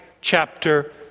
chapter